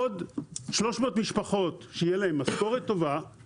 עוד 300 משפחות שתהיה להן משכורת טובה,